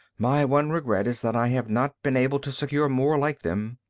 my one regret is that i have not been able to secure more like them.